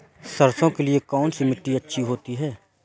सरसो के लिए कौन सी मिट्टी अच्छी होती है?